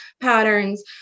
patterns